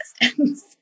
resistance